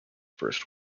first